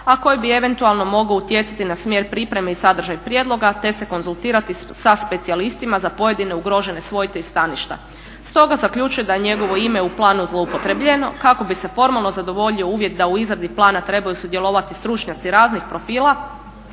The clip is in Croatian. a koji bi eventualno mogao utjecati na smjer pripreme i sadržaj prijedloga te se konzultirati sa specijalistima za pojedine ugrožene svojte i staništa. Stoga zaključuje da je njegovo ime u planu zloupotrijebljeno kako bi se formalno zadovoljio uvjet da u izradi plana trebaju sudjelovati stručnjaci raznih profila